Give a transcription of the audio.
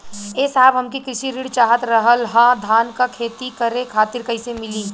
ए साहब हमके कृषि ऋण चाहत रहल ह धान क खेती करे खातिर कईसे मीली?